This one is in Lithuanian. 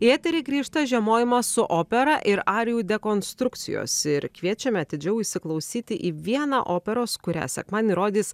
į eterį grįžta žiemojimas su opera ir arijų dekonstrukcijos ir kviečiame atidžiau įsiklausyti į vieną operos kurią sekmadienį rodys